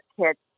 kids